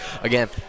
Again